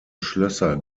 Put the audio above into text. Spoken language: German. schlösser